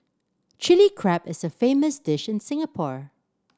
Chilli Crab is a famous dish in Singapore